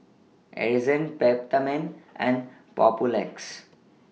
Ezerra Peptamen and Papulex